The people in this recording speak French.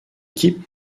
équipes